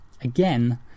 again